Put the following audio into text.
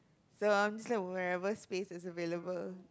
so I'm just where ever space is available